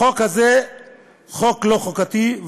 החוק הזה חוק לא חוקתי,